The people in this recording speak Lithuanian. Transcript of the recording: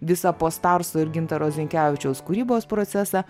visą post arso ir gintaro zinkevičiaus kūrybos procesą